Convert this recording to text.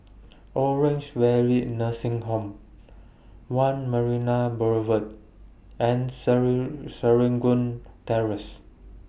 Orange Valley Nursing Home one Marina Boulevard and Serangoon Terrace